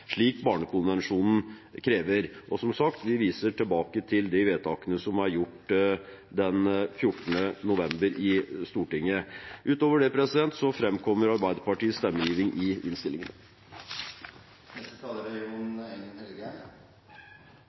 slik Barnekonvensjonen krever.» Som sagt, vi viser til de vedtakene som ble gjort den 14. november i Stortinget. Utover det framkommer Arbeiderpartiets stemmegiving i